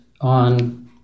on